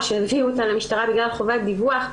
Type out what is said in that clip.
או שהביאו אותה למשטרה בגלל חובת דיווח,